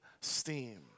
steam